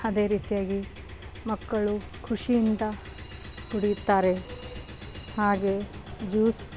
ಅದೇ ರೀತಿಯಾಗಿ ಮಕ್ಕಳು ಖುಷಿಯಿಂದ ಕುಡಿಯುತ್ತಾರೆ ಹಾಗೆ ಜ್ಯೂಸ್